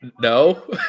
no